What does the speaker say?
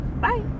bye